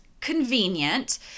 convenient